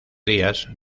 días